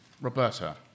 Roberta